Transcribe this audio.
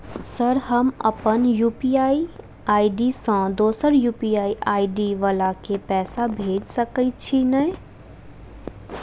Sir हम अप्पन UPI ID सँ दोसर यु.पी.आई आई.डी वला केँ पैसा भेजि सकै छी नै?